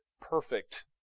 perfect